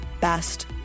best